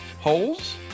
Holes